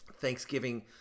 Thanksgiving